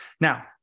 Now